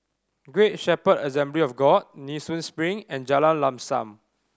Great Shepherd Assembly of God Nee Soon Spring and Jalan Lam Sam